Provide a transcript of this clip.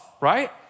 right